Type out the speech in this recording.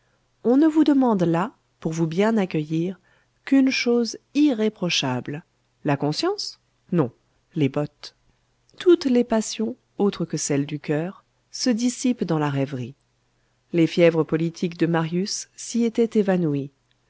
on ne vous demande là pour vous bien accueillir qu'une chose irréprochable la conscience non les bottes toutes les passions autres que celles du coeur se dissipent dans la rêverie les fièvres politiques de marius s'y étaient évanouies